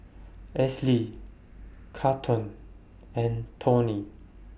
Esley Charlton and Tony